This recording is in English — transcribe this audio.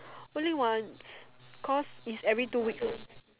only once cause it's every two weeks